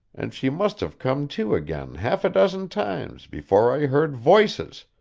and she must have come to again half a dozen times before i heard voices,